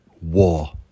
War